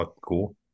cool